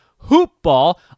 HoopBall